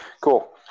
cool